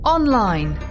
Online